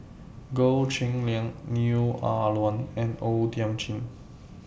Goh Cheng Liang Neo Ah Luan and O Thiam Chin